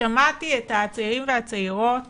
ושמעתי את הצעירים והצעירות